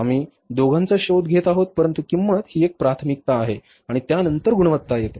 आम्ही दोघांचा शोध घेत आहोत परंतु किंमत ही एक प्राथमिकता आहे आणि त्यानंतर गुणवत्ता येते